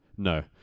No